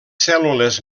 cèl·lules